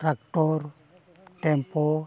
tractor tempo